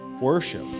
Worship